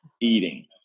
eating